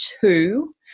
two